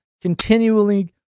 continually